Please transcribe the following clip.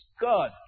God